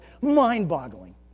mind-boggling